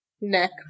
neck